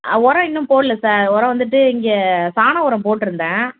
ஆ உரம் இன்னும் போடல சார் உரம் வந்துட்டு இங்கே சாணம் உரம் போட்டிருந்தேன்